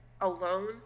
alone